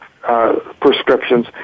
prescriptions